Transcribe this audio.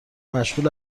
مشغول